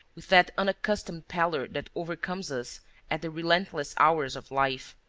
with that unaccustomed pallor that overcomes us at the relentless hours of life.